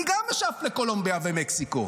אני גם אשאף לקולומביה ומקסיקו.